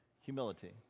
humility